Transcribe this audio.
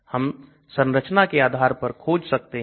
हम संरचना के आधार पर खोज सकते हैं